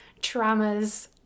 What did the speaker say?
traumas